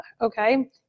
okay